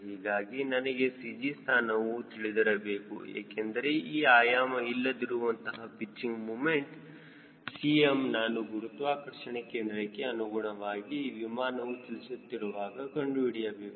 ಹೀಗಾಗಿ ನನಗೆ CG ಸ್ಥಾನವು ತಿಳಿದಿರಬೇಕು ಏಕೆಂದರೆ ಈ ಆಯಾಮ ಇಲ್ಲದಿರುವಂತಹ ಪಿಚ್ಚಿಂಗ್ ಮೂಮೆಂಟ್ Cm ನಾನು ಗುರುತ್ವಾಕರ್ಷಣ ಕೇಂದ್ರಕ್ಕೆ ಅನುಗುಣವಾಗಿ ವಿಮಾನವು ಚಲಿಸುತ್ತಿರುವಾಗ ಕಂಡುಹಿಡಿಯಬೇಕು